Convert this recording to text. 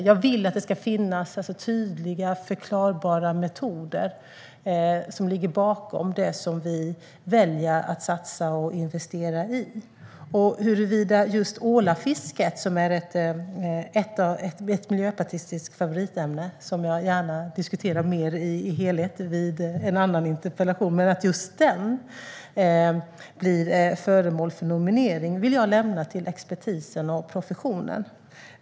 Jag vill att det ska finnas tydliga förklarbara metoder bakom det som vi väljer att satsa och investera i. Huruvida just ålafisket, som är ett miljöpartistiskt favoritämne som jag gärna diskuterar mer i en annan interpellationsdebatt, blir föremål för nominering vill jag lämna till expertisen och professionen.